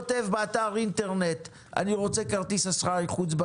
אין להם כרטיסי אשראי.